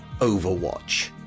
Overwatch